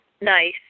nice